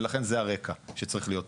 ולכן זה הרקע שצריך להיות פה.